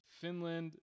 finland